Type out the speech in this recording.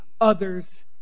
others